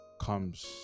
comes